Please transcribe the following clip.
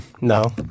no